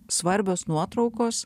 svarbios nuotraukos